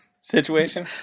situation